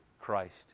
Christ